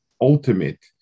ultimate